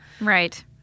Right